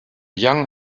young